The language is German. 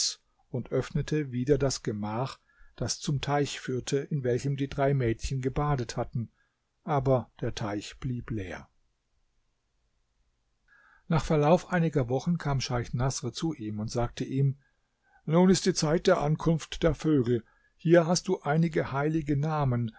und öffnete wieder das gemach das zum teich führte in welchem die drei mädchen gebadet hatten aber der teich blieb leer nach verlauf einiger wochen kam scheich naßr zu ihm und sagte ihm nun ist die zeit der ankunft der vögel hier hast du einige heilige namen